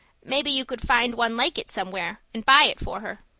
maybe you could find one like it somewhere and buy it for her.